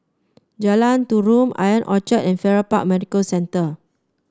Jalan Tarum Ion Orchard and Farrer Park Medical Centre